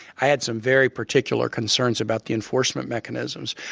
i had some very particular concerns about the enforcement mechanisms.